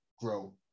grow